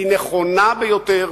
והיא נכונה ביותר,